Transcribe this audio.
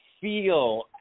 feel